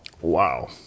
wow